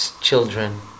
children